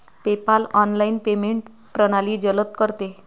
PayPal online payment प्रणाली जलद करते